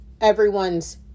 everyone's